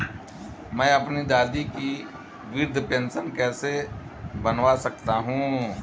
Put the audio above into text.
मैं अपनी दादी की वृद्ध पेंशन कैसे बनवा सकता हूँ?